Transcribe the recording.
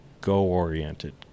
Go-oriented